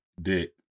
Dick